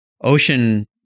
Ocean